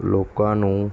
ਲੋਕਾਂ ਨੂੰ